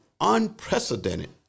unprecedented